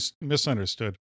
misunderstood